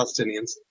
Palestinians